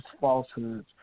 falsehoods